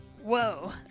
whoa